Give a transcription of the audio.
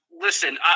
Listen